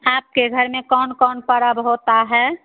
आपके घर में कौन कौन पर्व होता है